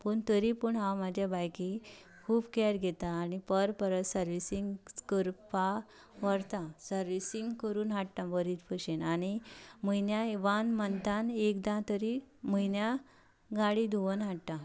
पूण तरी पूण हांव म्हजे बायकीक खूब कॅर घेतां आनी पर परत सर्विसींग करपाक व्हरतां आनी सर्विसींग करून हाडटा बरे भशेन आनी म्हयन्यान वान मंथान एकदां तरी गाडी धुवन हाडटां